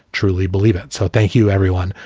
truly believe it. so thank you, everyone,